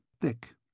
thick